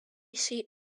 seat